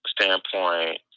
standpoint